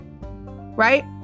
right